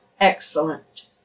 excellent